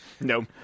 No